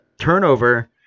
turnover